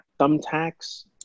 thumbtacks